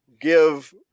give